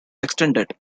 extended